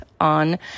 on